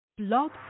Blog